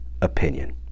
opinion